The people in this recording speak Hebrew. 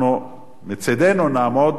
אנחנו מצדנו נעמוד